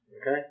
Okay